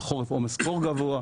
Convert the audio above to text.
ובחורף עומס קור גבוה,